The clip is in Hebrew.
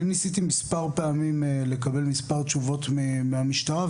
אני ניסיתי מספר פעמים לקבל מספר תשובות מהמשטרה,